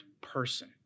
person